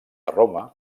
roma